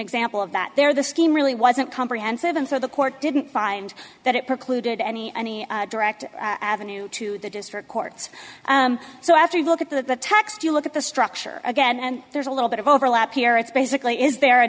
example of that there the scheme really wasn't comprehensive and so the court didn't find that it precluded any any direct avenue to the district courts so after you look at the text you look at the structure again and there's a little bit of overlap here it's basically is there a